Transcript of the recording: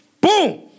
Boom